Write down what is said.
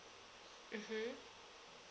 mmhmm